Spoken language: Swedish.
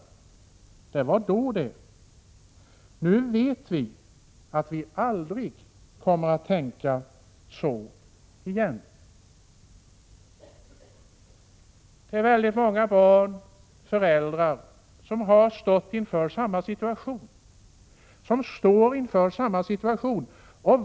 Det var då det. Nu vet vi att vi aldrig kommer att tänka så igen.” Väldigt många barn och föräldrar har stått inför samma situation, står inför samma situation.